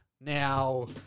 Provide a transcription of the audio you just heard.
Now